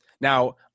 now